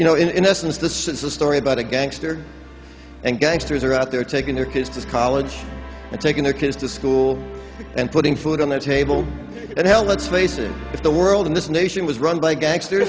you know in essence the since the story about a gangster and gangsters are out there taking their kids to college and taking their kids to school and putting food on the table and hell let's face it if the world in this nation was run by gangster